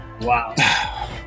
Wow